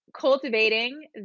cultivating